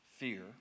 Fear